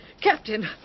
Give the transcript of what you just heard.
Captain